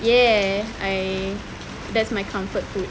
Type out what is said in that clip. ya I that's my comfort food